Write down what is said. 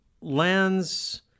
lands